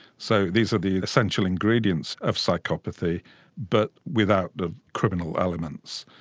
so these are the essential ingredients of psychopathy but without the criminal elements.